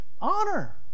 honor